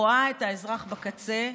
רואה את האזרח בקצה,